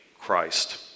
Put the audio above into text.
Christ